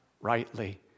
rightly